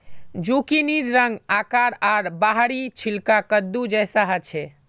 जुकिनीर रंग, आकार आर बाहरी छिलका कद्दू जैसा ह छे